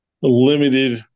limited